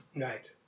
Right